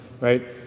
right